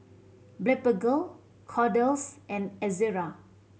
Blephagel Kordel's and Ezerra